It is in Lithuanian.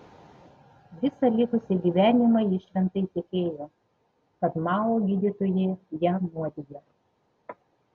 visą likusį gyvenimą ji šventai tikėjo kad mao gydytojai ją nuodija